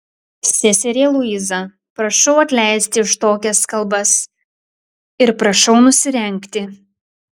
seserie luiza prašau atleisti už tokias kalbas ir prašau nusirengti